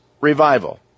revival